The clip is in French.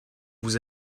vous